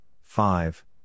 five